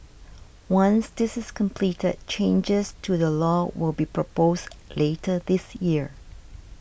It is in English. once this is completed changes to the law will be proposed later this year